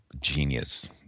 genius